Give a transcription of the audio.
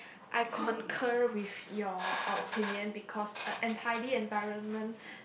I concur with your opinion because an tidy environment